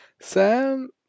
Sam